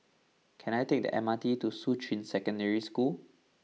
can I take the M R T to Shuqun Secondary School